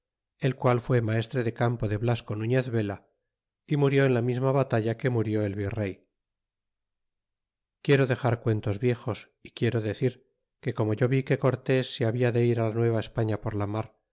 el qual fud maestre de campo de blasco nuñez vela é mudó en la misma batalla que murió el vire quiero dexar cuentos viejos y quiero decir qtle como yo vi que cortés se habia de ir la xueva españa por la mar